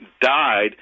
died